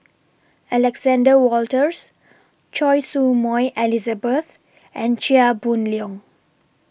Alexander Wolters Choy Su Moi Elizabeth and Chia Boon Leong